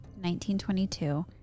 1922